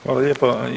Hvala lijepa.